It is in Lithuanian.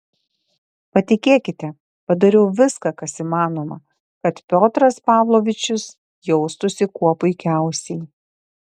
patikėkite padariau viską kas įmanoma kad piotras pavlovičius jaustųsi kuo puikiausiai